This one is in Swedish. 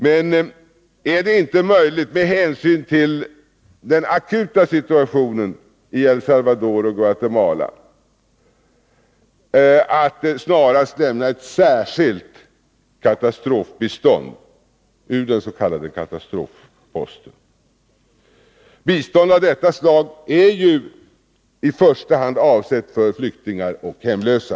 Men är det inte möjligt, med hänsyn till den akuta situationen i El Salvador och Guatemala, att snarast lämna ett särskilt katastrofbistånd ur den s.k. katastrofposten? Bistånd av detta slag är ju i första hand avsett för flyktingar och hemlösa.